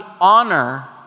honor